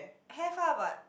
have ah but